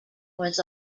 was